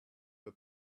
her